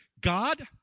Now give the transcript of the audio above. God